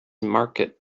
market